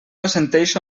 assenteixo